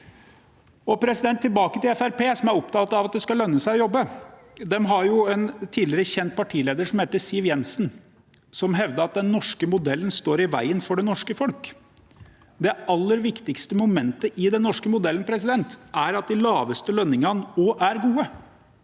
som er opptatt av at det skal lønne seg å jobbe: De har en tidligere kjent partileder som heter Siv Jensen, som hevdet at den norske modellen står i veien for det norske folk. Det aller viktigste momentet i den norske modellen, er at de laveste lønningene også er gode